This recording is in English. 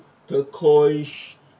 turqiouse